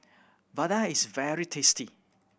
vadai is very tasty